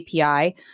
API